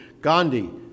Gandhi